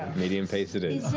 medium pace it is.